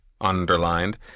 underlined